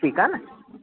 ठीकु आहे न